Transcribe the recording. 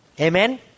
Amen